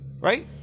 Right